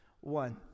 One